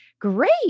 great